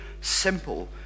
simple